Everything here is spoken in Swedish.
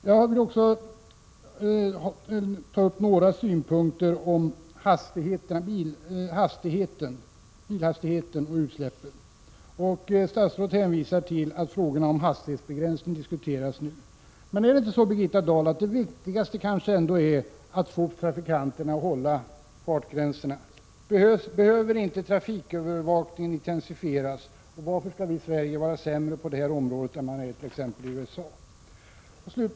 Jag vill också ta upp några synpunkter om bilhastigheterna och utsläppen. Statsrådet hänvisar till att frågorna om hastighetsbegränsning diskuteras nu. Men, Birgitta Dahl, är inte det viktigaste att få trafikanterna att hålla fartgränserna? Behöver inte trafikövervakningen intensifieras? Varför skall vi i Sverige vara sämre på detta område än man är i t.ex. USA?